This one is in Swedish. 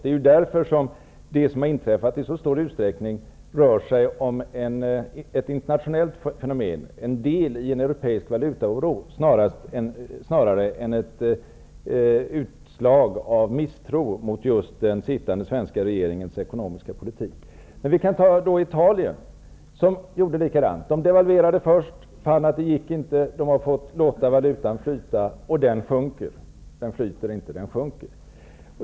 Det som har inträffat är alltså i stor utsträckning ett internationellt fenomen. Det är en del i en europeisk valutaoro snarare än ett utslag av misstro mot just den sittande svenska regeringens ekonomiska politik. Men låt oss då som exempel ta Italien, som gjorde likadant: Man devalverade först, fann att det inte gick och har sedan fått låta valutan flyta. Och den flyter inte utan den sjunker.